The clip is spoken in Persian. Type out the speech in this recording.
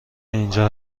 اینجا